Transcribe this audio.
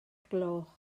gloch